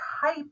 type